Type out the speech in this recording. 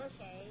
Okay